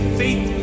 faith